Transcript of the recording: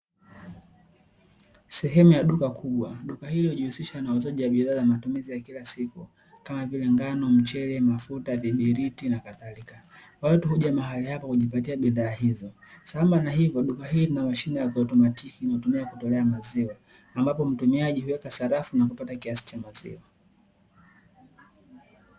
Sehemu ya duka kubwa; duka hili linajihusisha na bidhaa za matumizi kila siku kama vile ngano, mchele, mafuta na viberiti. Watu huja mahali hapa kujipatia bidhaa hizo, sambamba na hivyo duka hili lina mashine ya kiautomatiki inayotumika kutolea maziwa ambapo mtumiaji huweka sarafu na kupata kiasi cha maziwa.